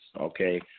okay